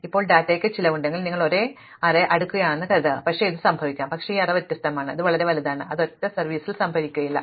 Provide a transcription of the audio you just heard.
ഇപ്പോൾ ഡാറ്റയ്ക്ക് ചിലവുണ്ടെങ്കിൽ നിങ്ങൾ ഒരു അറേ അടുക്കുകയാണെന്ന് കരുതുക പക്ഷേ ഇത് സംഭവിക്കാം പക്ഷേ ഈ അറേ വ്യത്യസ്തമാണ് ഇത് വളരെ വലുതാണ് അത് ഒരൊറ്റ സെർവറിൽ സംഭരിക്കില്ല